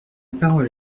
parole